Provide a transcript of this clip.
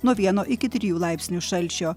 nuo vieno iki trijų laipsnių šalčio